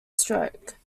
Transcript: stroke